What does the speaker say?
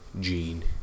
gene